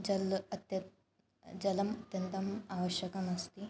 जलम् अत्यन्तं जलम् अत्यन्तम् आवश्यकमस्ति